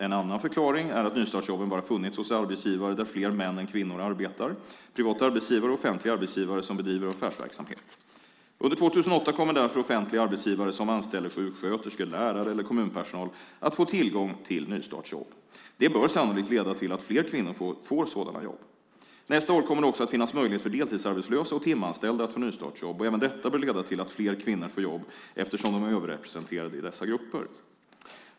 En annan förklaring är att nystartsjobben bara funnits hos arbetsgivare där fler män än kvinnor arbetar; privata arbetsgivare och offentliga arbetsgivare som bedriver affärsverksamhet . Under 2008 kommer därför offentliga arbetsgivare som anställer sjuksköterskor, lärare eller kommunpersonal att få tillgång till nystartsjobb. Det bör sannolikt leda till att fler kvinnor får sådana jobb. Nästa år kommer det också att finnas möjlighet för deltidsarbetslösa och timanställda att få nystartsjobb. Även detta bör leda till att fler kvinnor får jobb eftersom de är överrepresenterade i dessa grupper.